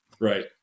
Right